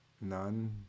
None